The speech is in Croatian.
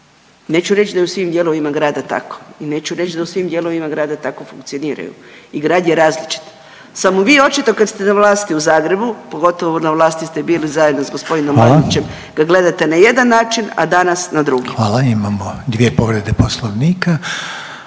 Neću reć da je u svim dijelovima grada tako i neću reć da u svim dijelovima grada tako funkcioniraju i grad je različit, samo vi očito kad ste na vlasti u Zagrebu, pogotovo na vlasti ste bili zajedno s g. Bandićem …/Upadica Reiner: Hvala./… ga gledate na jedan način, a danas na drugi. **Reiner, Željko (HDZ)** Hvala. Imamo dvije povrede poslovnika,